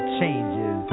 changes